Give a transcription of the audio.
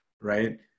Right